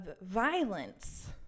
violence